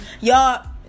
Y'all